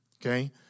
Okay